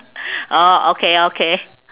orh okay okay